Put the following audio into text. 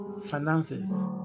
finances